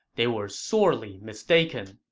they were sorely mistaken.